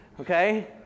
Okay